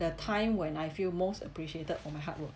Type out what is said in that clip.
the time when I feel most appreciated for my hard work